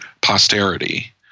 posterity